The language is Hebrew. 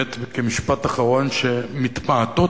כמשפט אחרון, שמתמעטות